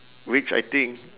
which I think